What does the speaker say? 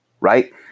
right